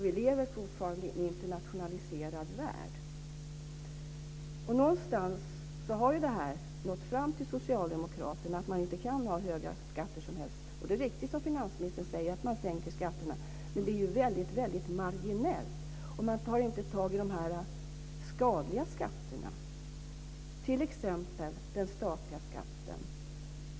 Vi lever fortfarande i en internationaliserad värld. Någonstans har det nått fram till Socialdemokraterna att man inte kan ha hur höga skatter som helst. Det är riktigt, som finansministern säger, att man sänker skatterna. Men det är ju väldigt marginellt, och man tar inte tag i de skadliga skatterna, t.ex. den statliga skatten.